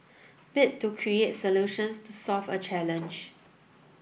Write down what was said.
bit to create solutions to solve a challenge